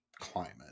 climate